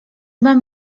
mam